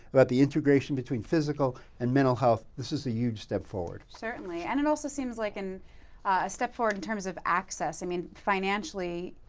about the integration between physical and mental health. this is a huge step forward. certainly. and it also seems like a and ah step forward in terms of access. i mean, financially,